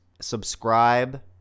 subscribe